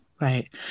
Right